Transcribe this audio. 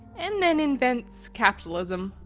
and then invents capitalism.